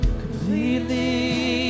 completely